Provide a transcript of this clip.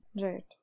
Right